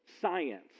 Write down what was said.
Science